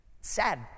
Sad